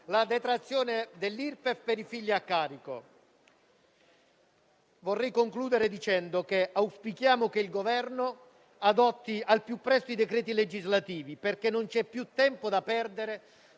le detrazioni dall'Irpef per i figli a carico. Vorrei concludere dicendo che auspichiamo che il Governo adotti al più presto i decreti legislativi perché non c'è più tempo da perdere